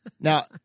Now